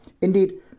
Indeed